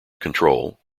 control